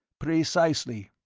precisely.